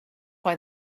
why